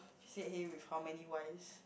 he sat here with how many wise